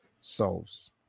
solves